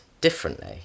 differently